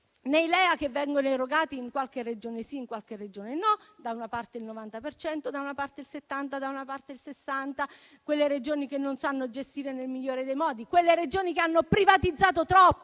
nei LEA che vengono erogati in qualche Regione e in qualche altra no: da una parte il 90 per cento, da una parte il 70, da una parte il 60, con Regioni che non sanno gestire nel migliore dei modi e con altre Regioni che hanno privatizzato troppo.